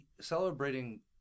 celebrating